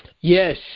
Yes